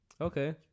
Okay